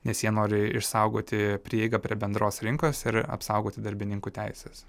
nes jie nori išsaugoti prieigą prie bendros rinkos ir apsaugoti darbininkų teises